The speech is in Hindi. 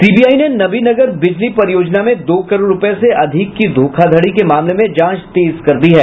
सीबीआई ने नबीनगर बिजली परियोजना में दो करोड़ रूपये से अधिक की धोखाधड़ी के मामले में जांच तेज कर दी है